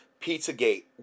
Pizzagate